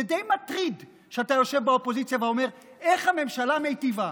זה די מטריד שאתה יושב באופוזיציה ואומר: איך הממשלה מיטיבה,